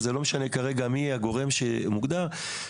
כרגע לא חשוב מי הגורם המוגדר לזה,